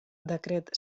decret